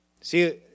see